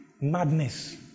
madness